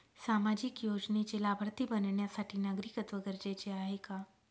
सामाजिक योजनेचे लाभार्थी बनण्यासाठी नागरिकत्व गरजेचे आहे का?